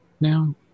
now